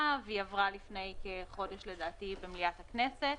והיא עברה לפני כחודש במליאת הכנסת.